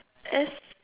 S